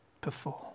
perform